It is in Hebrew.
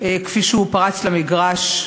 כפי שהוא פרץ למגרש,